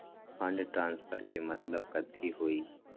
Fund transfer के मतलब कथी होई?